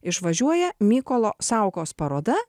išvažiuoja mykolo saukos paroda